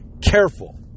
careful